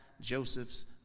joseph's